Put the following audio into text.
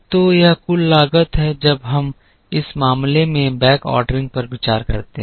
तो यह कुल लागत है जब हम इस मामले में बैकऑर्डरिंग पर विचार करते हैं